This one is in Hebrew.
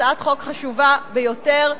הצעת חוק חשובה ביותר.